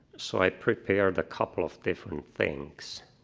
so i prepared a couple of different things.